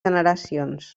generacions